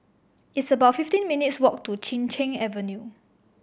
it's about fifteen minutes' walk to Chin Cheng Avenue